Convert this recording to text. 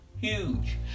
Huge